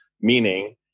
Meaning